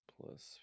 Plus